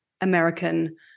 American